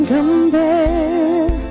compare